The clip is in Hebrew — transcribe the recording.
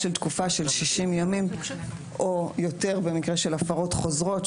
של תקופה של 60 ימים או יותר במקרה של הפרות חוזרות,